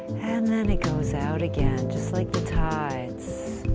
and then it goes out again, just like the tides,